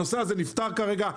הנושא הזה נפתר כרגע,